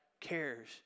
cares